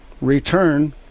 return